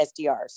SDRs